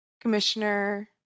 Commissioner